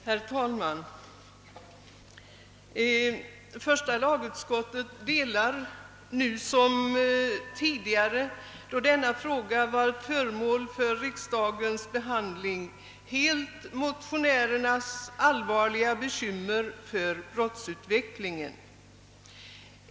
Herr talman! Första lagutskottet delar nu som tidigare, då denna fråga varit föremål för riksdagens behandling, helt motionärernas allvarliga bekymmer över brottsutvecklingen.